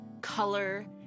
color